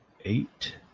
eight